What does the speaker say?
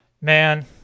man